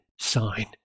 sign